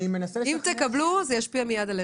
אם תקבלו, זה מיד ישפיע גם עלינו.